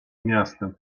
miastem